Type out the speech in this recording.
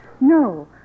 No